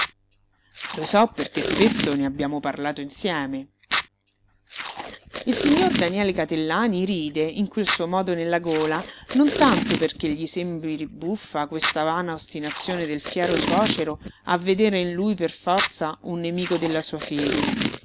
lo so perché spesso ne abbiamo parlato insieme il signor daniele catellani ride in quel suo modo nella gola non tanto perché gli sembri buffa questa vana ostinazione del fiero suocero a vedere in lui per forza un nemico della sua fede